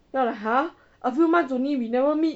then I like !huh! a few months only we never meet